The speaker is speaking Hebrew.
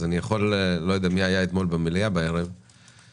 אני לא יודע מי היה במליאה אתמול בערב אבל